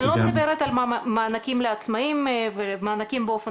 אני לא מדברת על מענקים לעצמאים ומענקים באופן כללי.